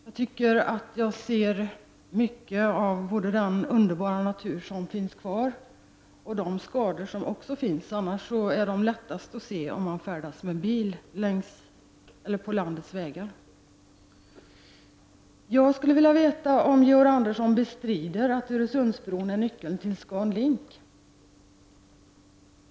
Jag tycker att jag då ser mycket av både den underbara natur som finns kvar och de skador som finns. Dessa är annars lättast att se om man färdas med bil på landets vägar. Jag skulle vilja veta om Georg Andersson bestrider att Öresundsbron är nyckeln till ScanLink.